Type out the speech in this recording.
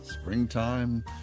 springtime